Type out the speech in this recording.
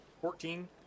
fourteen